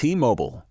T-Mobile